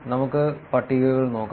നമുക്ക് പട്ടികകൾ നോക്കാം